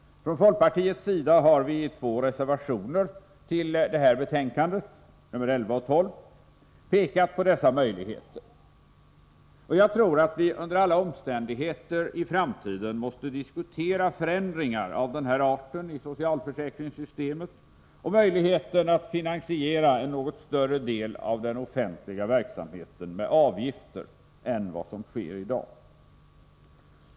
Från folkpartiet har vi i två reservationer till betänkandet, nr 11 och 12, pekat på dessa möjligheter, och jag tror att vi under alla omständigheter i framtiden måste diskutera förändringar av den här arten i socialförsäkringssystemet och möjligheten att finansiera en något större del av den offentliga verksamheten med avgifter än vad som sker i dag.